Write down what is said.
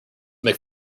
make